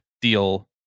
deal